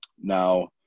Now